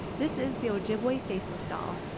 this is the ojibwe faceless doll.